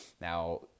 Now